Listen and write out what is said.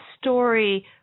story